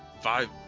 five